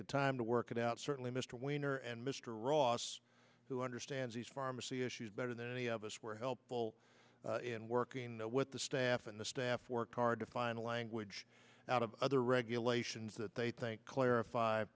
the time to work it out certainly mr winter and mr ross who understands these pharmacy issues better than any of us were helpful in working with the staff and the staff worked hard to find a language out of other regulations that they think clarif